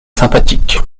sympathique